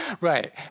Right